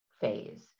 phase